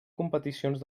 competicions